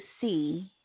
see